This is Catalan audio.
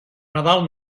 nadal